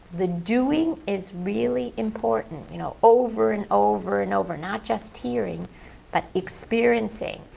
the doing is really important, you know, over and over and over, not just hearing but experiencing.